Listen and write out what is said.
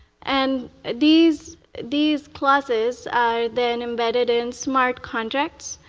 and these these classes are then embedded in smart contracts.